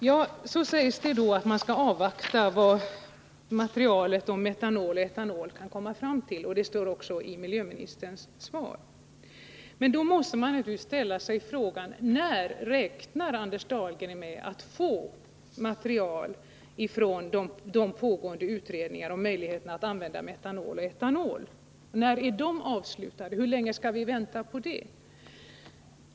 Vidare sägs det att man skall avvakta vad materialet rörande metanol och etanol kan leda fram till. Det står också i miljöministerns svar. Men då måste man ställa sig frågan: När räknar Anders Dahlgren med att få material från de pågående utredningarna om möjligheten att använda metanol och etanol? När är utredningarna avslutade? Hur länge skall vi vänta på det?